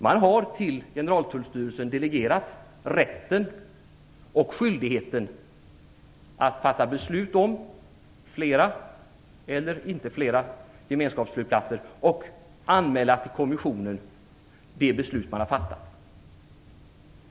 Man har till Generaltullstyrelsen delegerat rätten och skyldigheten att fatta beslut om flera eller inte flera gemenskapsflygplatser och att anmäla till kommissionen de beslut man har fattat.